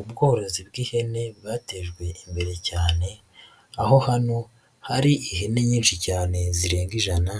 Ubworozi bw'ihene bwatejwe imbere cyane aho hano hari ihene nyinshi cyane zirenga ijana